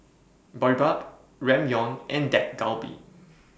Boribap Ramyeon and Dak Galbi